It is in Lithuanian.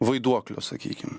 vaiduoklio sakykime